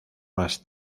más